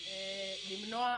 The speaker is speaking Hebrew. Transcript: למנוע עשייה.